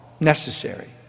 Necessary